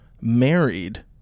married